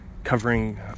Covering